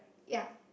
ya